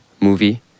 movie